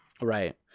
right